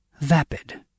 Vapid